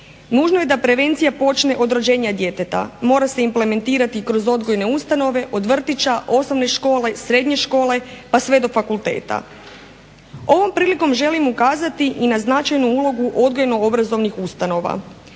Nužno je da prevencija počne od rođenja djeteta, mora se implementirati kroz odgojne ustanove, od vrtića, osnovne škole, srednje škole, pa sve do fakulteta. Ovom prilikom želim ukazati i na značajnu ulogu odgojno-obrazovnih ustanova.